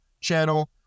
channel